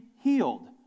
healed